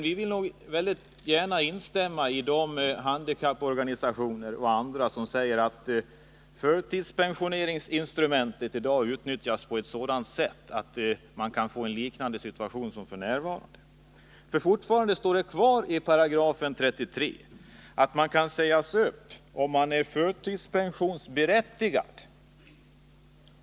Vi vill gärna instämma med handikapporganisationer och andra som säger att förtidspensioneringsinstrumentet i dag utnyttjas på ett sådant sätt att man för de förtidspensionerade kan få en liknande situation. Fortfarande kan man nämligen enligt 33 § sägas upp om man är förtidspensionsberättigad.